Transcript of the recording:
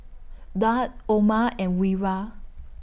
Daud Omar and Wira